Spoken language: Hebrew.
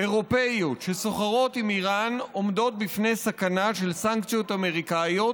אירופיות שסוחרות עם איראן עומדות בפני סכנה של סנקציות אמריקניות,